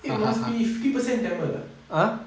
eh must be fifty percent tamil ah